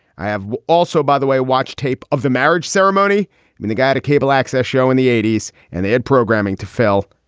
i have also, by the way, watch tape of the marriage ceremony. i mean, the guy to cable access show in the eighty s and they had programming to fail.